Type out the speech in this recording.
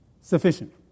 sufficient